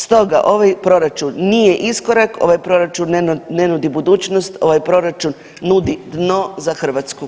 Stoga ovaj proračun nije iskorak, ovaj proračun ne nudi budućnost, ovaj proračun nudi dno za Hrvatsku.